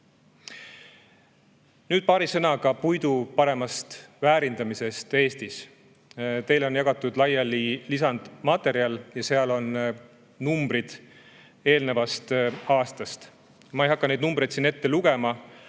Nüüd paari sõnaga puidu paremast väärindamisest Eestis. Teile on jagatud laiali lisamaterjal ja seal on numbrid eelmise aasta kohta. Ma ei hakka neid numbreid siin ette lugema,